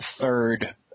third